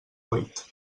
vuit